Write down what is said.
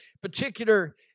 particular